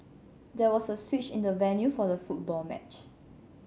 there was a switch in the venue for the football match